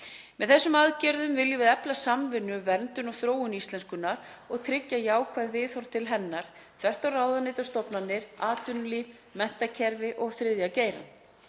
Með þessum aðgerðum viljum við efla samvinnu um verndun og þróun íslenskunnar og tryggja jákvæð viðhorf til hennar þvert á ráðuneyti og stofnanir, atvinnulíf, menntakerfi og þriðja geirann.